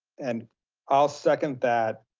and i'll second that